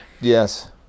Yes